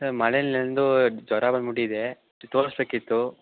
sir ಮಳೇಲಿ ನೆನೆದು ಜ್ವರ ಬಂದು ಬಿಟ್ಟಿದೆ ತೋರಿಸ್ಬೇಕಿತ್ತು